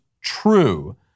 true